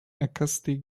acoustic